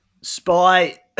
Spy